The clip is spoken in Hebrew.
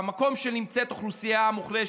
זה יכול להיות במקום שנמצאת אוכלוסייה מוחלשת,